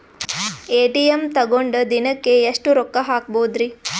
ATM ತಗೊಂಡ್ ದಿನಕ್ಕೆ ಎಷ್ಟ್ ರೊಕ್ಕ ಹಾಕ್ಬೊದ್ರಿ?